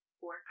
Four